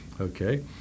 okay